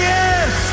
yes